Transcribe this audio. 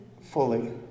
Fully